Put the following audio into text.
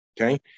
Okay